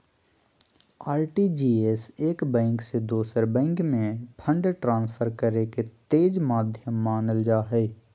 RTGS एक bank से दोसर बैंक में फंड ट्रांसफर करे के तेज माध्यम मानल जा हय